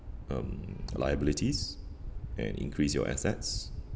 um liabilities and increase your assets